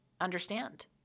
understand